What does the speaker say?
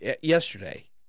yesterday